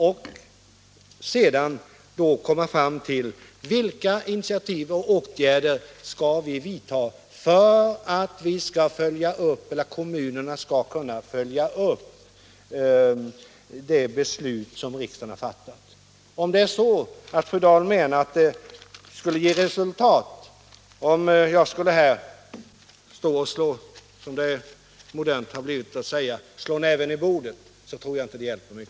Då kan vi komma fram till vilka initiativ och Nr 76 åtgärder som är erforderliga för att kommunerna skall kunna följa upp det beslut som riksdagen har fattat. För den händelse fru Dahl menar att det skulle ge resultat om jag = här slog näven i bordet — som det numera är så modernt att kräva — Om utbyggnaden av vill jag säga, att jag inte tror att det hjälper mycket.